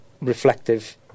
reflective